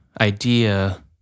idea